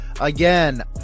Again